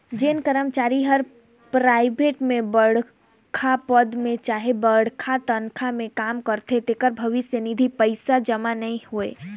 जेन करमचारी हर पराइबेट में बड़खा पद में चहे बगरा तनखा में काम करथे तेकर भविस निधि पइसा जमा नी होए